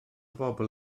bobl